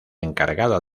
encargada